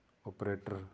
operator